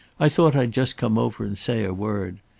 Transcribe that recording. i thought i'd just come over and say a word.